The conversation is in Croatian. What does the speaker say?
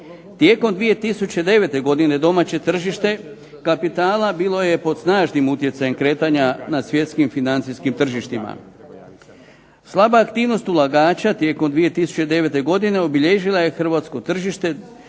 Tijekom 2009. godine domaće tržište kapitala bilo je pod snažnim utjecajem kretanja na svjetskim financijskim tržištima. Slaba aktivnost ulagača tijekom 2009. godine obilježila je hrvatsko tržište